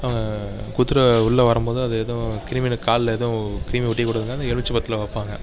அவங்க குதிர உள்ளே வரும்போது அது எதுவும் கிருமிகளை காலில் எதுவும் கிருமி ஒட்டிக்கக்கூடாதுன்னு எலுமிச்சம் பழத்தில் வைப்பாங்க